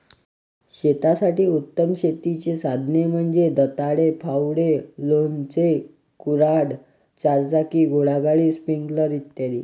शेतासाठी उत्तम शेतीची साधने म्हणजे दंताळे, फावडे, लोणचे, कुऱ्हाड, चारचाकी घोडागाडी, स्प्रिंकलर इ